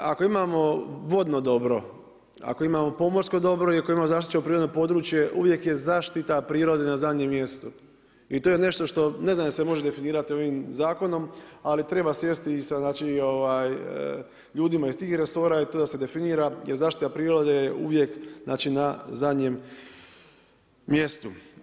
Ako imamo vodno dobro, ako imamo pomorsko dobro i ako imamo zaštićeno prirodno područje uvijek je zaštita prirode na zadnjem mjestu i to je nešto što, ne znam je li se može definirati ovim zakonom ali treba sjesti i sa znači ljudima iz tih resora i to da se definira jer zaštita prirode je uvijek znači na zadnjem mjestu.